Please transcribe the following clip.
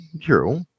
True